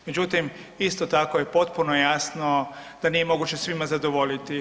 Međutim, isto tako je potpuno jasno da nije moguće svima zadovoljiti.